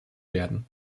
werden